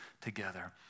together